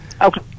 Okay